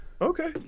Okay